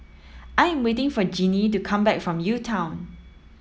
I am waiting for Jeannie to come back from UTown